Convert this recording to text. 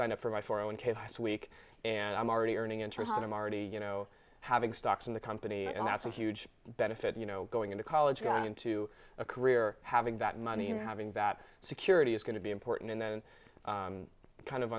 signed up for my four on k ice week and i'm already earning interest and i'm already you know having stocks in the company and that's a huge benefit you know going into college going into a career having that money and having that security is going to be important and then kind of